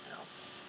else